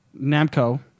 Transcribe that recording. Namco